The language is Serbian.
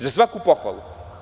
Za svaku pohvalu.